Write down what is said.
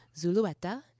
Zulueta